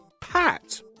Pat